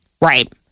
Right